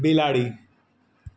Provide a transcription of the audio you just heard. બિલાડી